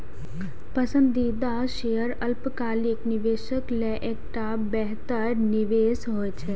पसंदीदा शेयर अल्पकालिक निवेशक लेल एकटा बेहतर निवेश होइ छै